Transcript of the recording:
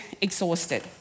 exhausted